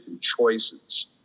choices